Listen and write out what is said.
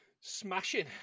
Smashing